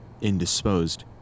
Indisposed